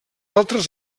altres